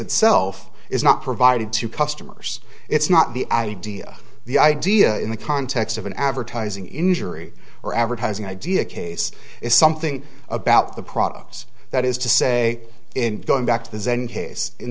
itself is not provided to customers it's not the idea the idea in the context of an advertising injury or advertising idea case is something about the products that is to say in going back to the